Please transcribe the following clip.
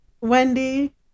Wendy